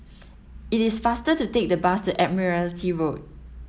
it is faster to take the bus to Admiralty Road